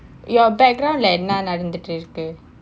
your background like என்ன நடந்துட்டு இருக்கு:enna nadanthuttu irukku